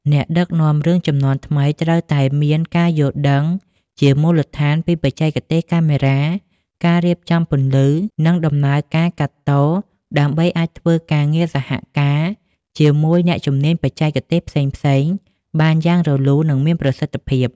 អ្នកដឹកនាំរឿងជំនាន់ថ្មីត្រូវតែមានការយល់ដឹងជាមូលដ្ឋានពីបច្ចេកទេសកាមេរ៉ា ការរៀបចំពន្លឺ និងដំណើរការកាត់ត ដើម្បីអាចធ្វើការងារសហការជាមួយអ្នកជំនាញបច្ចេកទេសផ្សេងៗបានយ៉ាងរលូន និងមានប្រសិទ្ធភាព។